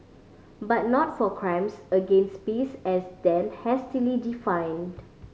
but not for crimes against peace as then hastily defined